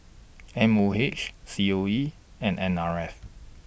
M O H C O E and N R F